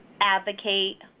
advocate